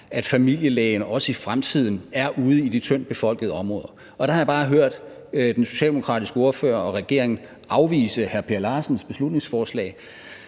at familielægen også i fremtiden er ude i de tyndtbefolkede områder. Og der har jeg bare hørt den socialdemokratiske ordfører og regeringen afvise hr. Per Larsens beslutningsforslag